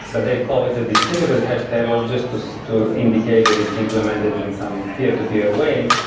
but they call it a distributed hash table just to so to indicate that it's implemented in some peer-to-peer way.